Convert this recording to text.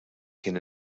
kien